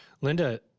Linda